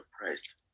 Christ